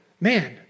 man